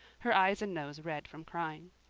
her eyes and nose red from crying.